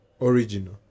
original